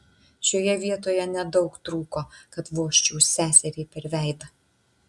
šioje vietoje nedaug trūko kad vožčiau seseriai per veidą